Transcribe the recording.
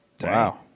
Wow